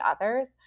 others